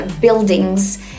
buildings